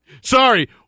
sorry